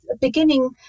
beginning